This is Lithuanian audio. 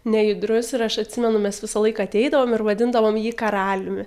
nejudrus ir aš atsimenu mes visąlaik ateidavom ir vadindavom jį karaliumi